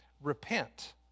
repent